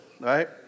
Right